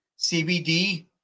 CBD